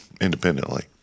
independently